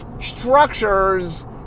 structures